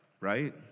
right